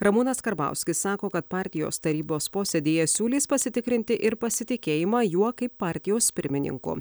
ramūnas karbauskis sako kad partijos tarybos posėdyje siūlys pasitikrinti ir pasitikėjimą juo kaip partijos pirmininku